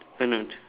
uh not